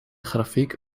grafiek